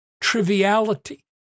triviality